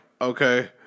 okay